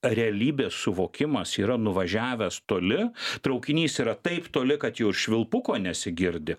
realybės suvokimas yra nuvažiavęs toli traukinys yra taip toli kad jo švilpuko nesigirdi